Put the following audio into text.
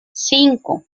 cinco